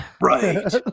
right